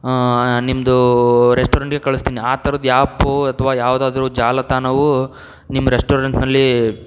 ನಿಮ್ಮದು ರೆಸ್ಟೋರೆಂಟಿಗೆ ಕಳಿಸ್ತೀನಿ ಆ ಥರದ ಆ್ಯಪು ಅಥವಾ ಯಾವುದಾದ್ರೂ ಜಾಲತಾಣವು ನಿಮ್ಮ ರೆಸ್ಟೋರೆಂಟ್ನಲ್ಲಿ